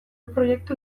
proiektu